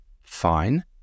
fine